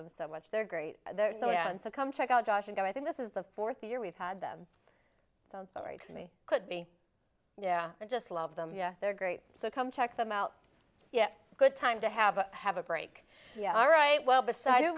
them so much they're great there's so much fun so come check out josh and i think this is the fourth year we've had them sound sorry to me could be yeah i just love them they're great so come check them out yes good time to have a have a break yeah all right well beside